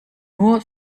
nur